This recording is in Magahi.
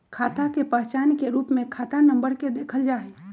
खाता के पहचान के रूप में खाता नम्बर के देखल जा हई